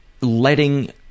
letting –